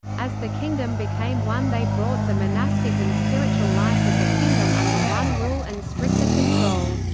as the kingdom became one they brought the monastic and spiritual life of the kingdom under one rule and stricter control.